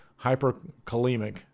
hyperkalemic